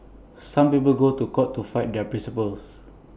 some people go to court to fight their principles